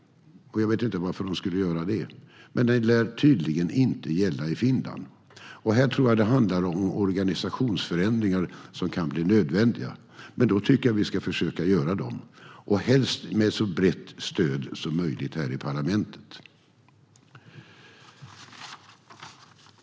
Och jag vet inte varför de skulle göra det. Men den lär tydligen inte gälla i Finland. Jag tror att det här kan bli nödvändigt med organisationsförändringar. Men då tycker jag att vi ska försöka göra dem och helst med så brett stöd som möjligt här i parlamentet.